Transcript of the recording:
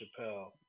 Chappelle